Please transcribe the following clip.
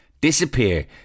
disappear